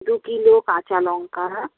দুকিলো কাঁচা লঙ্কা